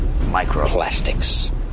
Microplastics